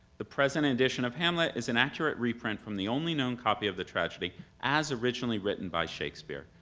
the present edition of hamlet is an accurate reprint from the only known copy of the tragedy as originally written by shakespeare,